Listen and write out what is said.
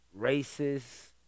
racist